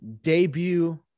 debut